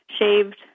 shaved